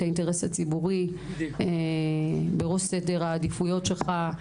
את האינטרס הציבורי בראש סדר העדיפויות שלך,